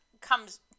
comes